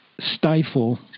stifle